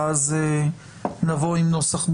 ואז נבוא עם נוסח מוסכם.